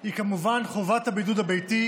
היא כמובן חובת הבידוד הביתי,